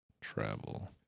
travel